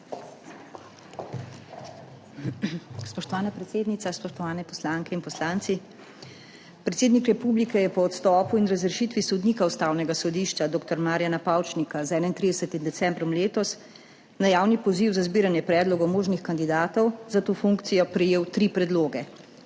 Spoštovana predsednica, spoštovane poslanke in poslanci! Predsednik republike je po odstopu in razrešitvi sodnika Ustavnega sodišča dr. Marijana Pavčnika z 31. decembrom letos na javni poziv za zbiranje predlogov možnih kandidatov za to funkcijo prejel tri predloge.